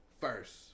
First